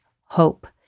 hope